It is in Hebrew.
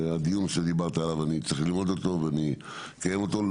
הדיון שדיברת עליו אני צריך ללמוד אותו ונקיים אותו,